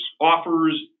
offers